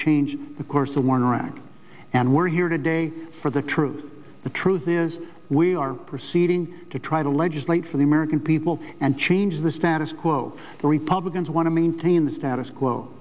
change the course of war in iraq and we're here today for the truth the truth is we are proceeding to try to legislate for the american people and change the status quo the republicans want to maintain the status quo